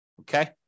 Okay